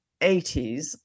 80s